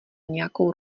nějakou